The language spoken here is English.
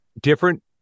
different